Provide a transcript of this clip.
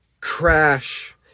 Crash